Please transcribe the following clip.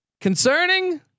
concerning